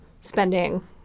spending